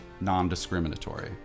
non-discriminatory